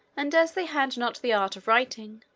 and, as they had not the art of writing,